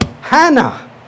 Hannah